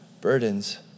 burdens